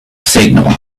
signal